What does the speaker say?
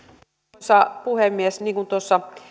arvoisa puhemies niin kuin